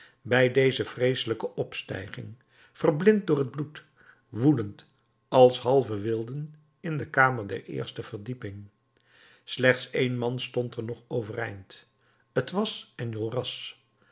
bij deze vreeselijke opstijging verblind door het bloed woedend als halve wilden in de kamer der eerste verdieping slechts een man stond er nog overeind t was